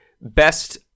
best